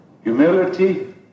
humility